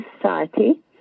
society